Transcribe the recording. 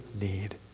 need